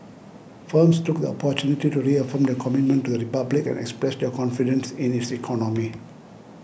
firms took the opportunity to reaffirm their commitment to the Republic and express their confidence in its economy